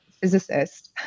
physicist